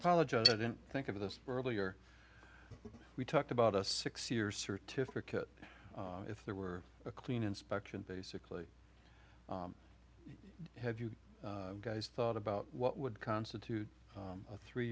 apologize i didn't think of this earlier we talked about a six year certificate if there were a clean inspection basically have you guys thought about what would constitute a three